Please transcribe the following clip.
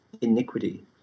iniquity